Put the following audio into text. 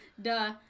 duh,